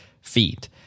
feet